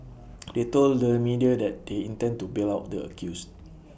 they told the media that they intend to bail out the accused